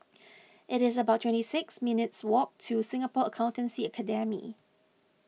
it's about twenty six minutes' walk to Singapore Accountancy Academy